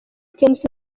tmc